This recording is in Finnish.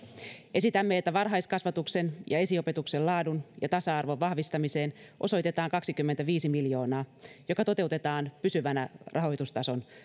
esitämme että varhaiskasvatuksen ja esiopetuksen laadun ja tasa arvon vahvistamiseen osoitetaan kaksikymmentäviisi miljoonaa joka toteutetaan pysyvänä rahoitustason